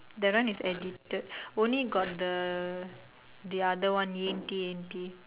that one is edited only got the the other one yenti yenti